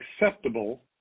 acceptable